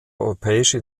europäische